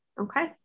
okay